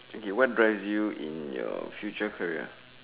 okay what drives you in your future career